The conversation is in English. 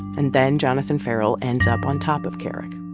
and then jonathan ferrell ends up on top of kerrick.